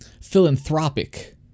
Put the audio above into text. philanthropic